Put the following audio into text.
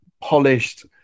polished